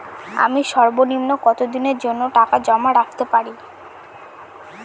আমি সর্বনিম্ন কতদিনের জন্য টাকা জমা রাখতে পারি?